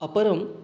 अपरम्